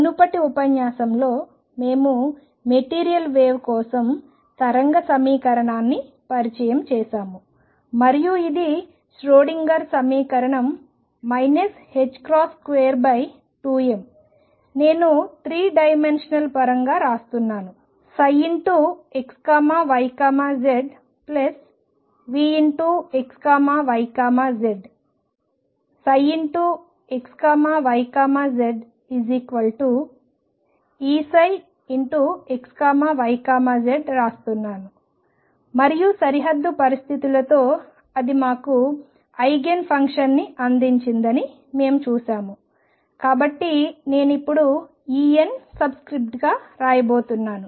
మునుపటి ఉపన్యాసంలో మేము మెటీరియల్ వేవ్స్ కోసం తరంగ సమీకరణాన్ని పరిచయం చేసాము మరియు ఇది ష్రోడింగర్ సమీకరణం 22m నేను 3 డైమెన్షనల్ పరంగా వ్రాస్తున్నాను ψxyz Vxyz ψxyz Eψxyz వ్రాస్తున్నాను మరియు సరిహద్దు పరిస్థితులతో అది మాకు ఐగెన్ ఫంక్షన్ని అందించిందని మేము చూశాము కాబట్టి నేను ఇప్పుడు En సబ్స్క్రిప్ట్గా ఉంచబోతున్నాను